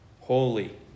holy